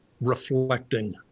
reflecting